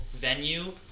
venue